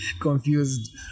confused